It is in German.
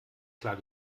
klar